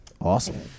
Awesome